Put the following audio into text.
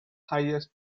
highest